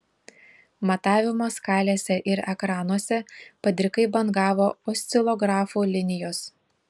matavimo skalėse ir ekranuose padrikai bangavo oscilografų linijos